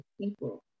people